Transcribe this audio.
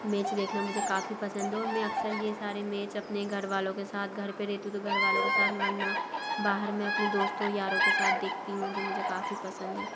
match देखना मुझे काफ़ी पसंद है और मैं अक्सर ये सारे मेच अपने घरवालों के साथ घर पर रहती हूँ तो घरवालों के साथ वरना बाहर में अपने दोस्तों यारों के साथ देखती हूँ जो मुझे काफ़ी पसंद है